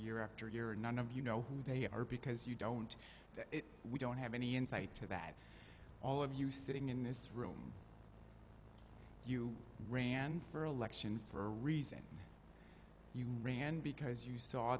year after year and none of you know who they are because you don't we don't have any insight to that all of you sitting in this room you ran for election for a reason you ran because you saw